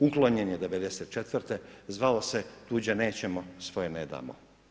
Uklonjen je '94., zvao se „Tuđe nećemo, svoje ne damo“